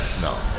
No